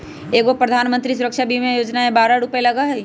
एगो प्रधानमंत्री सुरक्षा बीमा योजना है बारह रु लगहई?